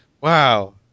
Wow